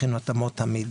הכין את אמות המידה,